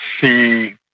see